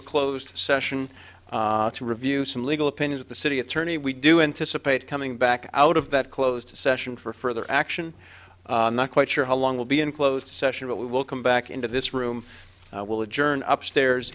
a closed session to review some legal opinions of the city attorney we do anticipate coming back out of that closed session for further action not quite sure how long will be in closed session but we will come back into this room will adjourn up stairs